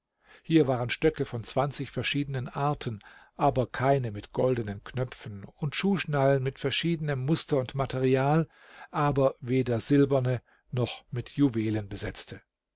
hier waren stöcke von zwanzig verschiedenen arten aber keine mit goldenen knöpfen und schuhschnallen von verschiedenem muster und material aber weder silberne noch mit juwelen besetzte